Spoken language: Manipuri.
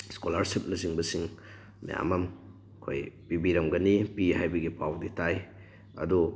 ꯏꯁꯀꯣꯂꯥꯔꯁꯤꯞꯅꯆꯤꯡꯕꯁꯤꯡ ꯃꯌꯥꯝ ꯑꯝ ꯑꯩꯈꯣꯏ ꯄꯤꯕꯤꯔꯝꯒꯅꯤ ꯄꯤ ꯍꯥꯏꯕꯒꯤ ꯄꯥꯎꯗꯤ ꯇꯥꯏ ꯑꯗꯨ